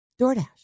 DoorDash